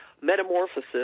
metamorphosis